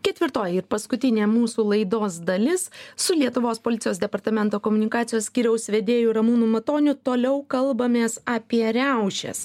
ketvirtoji ir paskutinė mūsų laidos dalis su lietuvos policijos departamento komunikacijos skyriaus vedėju ramūnu matoniu toliau kalbamės apie riaušes